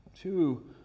two